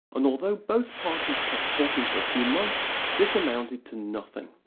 and although both parties kept talking for a few months this amounted to nothing.